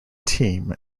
team